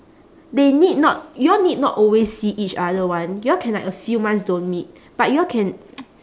they need not y'all need not always see each other [one] y'all can like a few months don't meet but y'all can